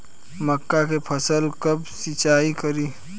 मका के फ़सल कब सिंचाई करी?